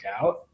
out